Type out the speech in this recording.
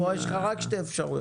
וכאן יש לך רק שתי אפשרויות.